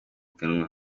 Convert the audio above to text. kanwa